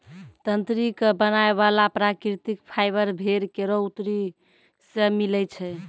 तंत्री क बनाय वाला प्राकृतिक फाइबर भेड़ केरो अतरी सें मिलै छै